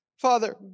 Father